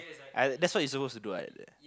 I that's what you suppose to do what